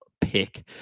pick